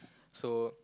so